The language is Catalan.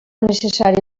necessari